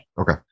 Okay